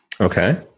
Okay